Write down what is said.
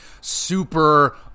super